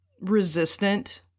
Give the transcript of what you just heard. resistant